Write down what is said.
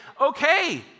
okay